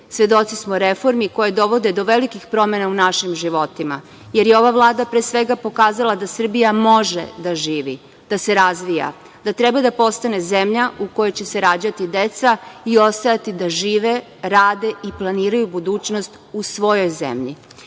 Svedoci smo reformi koje dovode do velikih promena u našim životima, jer je ova Vlada pre svega pokazala da Srbija može da živi, da se razvija, da treba da postane zemlja u kojoj će se rađati deca i ostajati da žive, rade i planiraju budućnost u svojoj zemlji. Vidimo